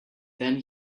then